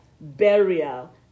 burial